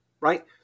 right